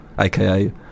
aka